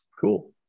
Cool